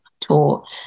tool